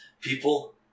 People